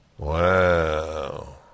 Wow